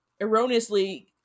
erroneously